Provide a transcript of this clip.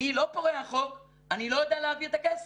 אני לא פורע חוק, אני לא יודע להעביר את הכסף.